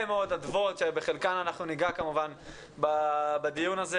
מאוד דברים בחלקם אנחנו ניגע בדיון הזה.